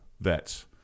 vets